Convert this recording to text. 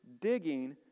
digging